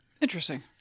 Interesting